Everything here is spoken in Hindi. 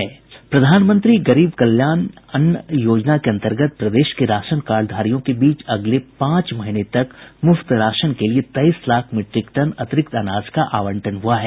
प्रधानमंत्री गरीब कल्याण अन्न योजना के अंतर्गत प्रदेश के राशन कार्डधारियों के बीच अगले पांच महीने तक मुफ्त राशन के लिए तेईस लाख मीट्रिक टन अतिरिक्त अनाज का आवंटन हुआ है